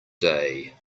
day